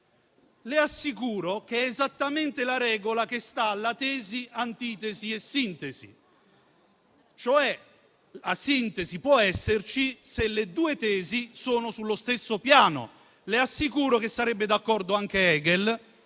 Le assicuro che è esattamente la regola che sta alla tesi, antitesi e sintesi: la sintesi può esserci se le due tesi sono sullo stesso piano. Le assicuro che sarebbe d'accordo anche Hegel.